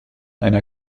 einer